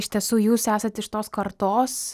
iš tiesų jūs esat iš tos kartos